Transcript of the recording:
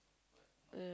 uh